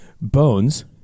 bones